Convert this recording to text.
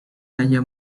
halla